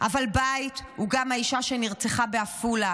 אבל בית הוא גם האישה שנרצחה בעפולה